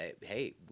hey